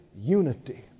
unity